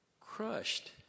crushed